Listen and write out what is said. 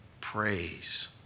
praise